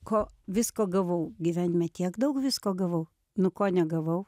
ko visko gavau gyvenime tiek daug visko gavau nu ko negavau